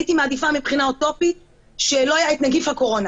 הייתי מעדיפה מבחינה אוטופית שלא יהיה את נגיף הקורונה,